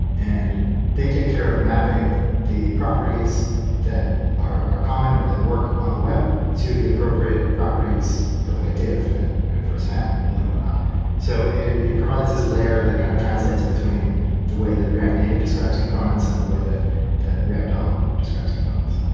and they take care of mapping the properties that are are common or that work on the web to the appropriate properties for like a div and for spam and what not. so it it provides this layer that kind of translates between the way that react native describes components and the way that that react dom describes components.